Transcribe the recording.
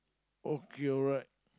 okay alright